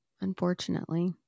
unfortunately